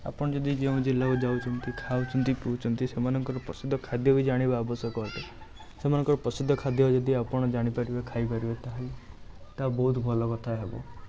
ଆପଣ ଯଦି ଯେଉଁ ଜିଲ୍ଲାକୁ ଯାଉଛନ୍ତି ଖାଉଛନ୍ତି ପିଉଛନ୍ତି ସେମାନଙ୍କର ପ୍ରସିଦ୍ଧ ଖାଦ୍ୟ ବି ଜାଣିବା ଆବଶ୍ୟକ ଅଟେ ସେମାନଙ୍କର ପ୍ରସିଦ୍ଧ ଖାଦ୍ୟ ଯଦି ଆପଣ ଜାଣିପାରିବେ ଖାଇପାରିବେ ତାହେଲେ ତାହା ବହୁତ ଭଲ କଥା ହେବ